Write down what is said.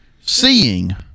Seeing